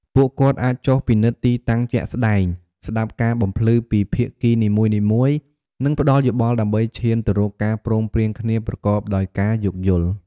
ពួកគាត់អាចចុះពិនិត្យទីតាំងជាក់ស្តែង ស្តាប់ការបំភ្លឺពីភាគីនីមួយៗ និងផ្តល់យោបល់ដើម្បីឈានទៅរកការព្រមព្រៀងគ្នាប្រកបដោយការយោគយល់។